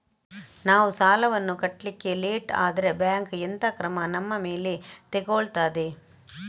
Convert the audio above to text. ನಾವು ಸಾಲ ವನ್ನು ಕಟ್ಲಿಕ್ಕೆ ಲೇಟ್ ಆದ್ರೆ ಬ್ಯಾಂಕ್ ಎಂತ ಕ್ರಮ ನಮ್ಮ ಮೇಲೆ ತೆಗೊಳ್ತಾದೆ?